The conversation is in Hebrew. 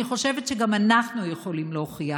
אני חושבת שגם אנחנו יכולים להוכיח,